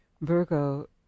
Virgo